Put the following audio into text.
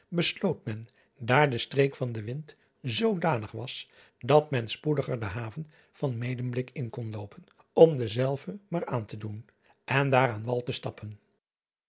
daar de streek van den wind zoodanig was dat men spoediger de aven van edenblik in kon loopen om dezelve maar aan te doen en daar aan wal te stappen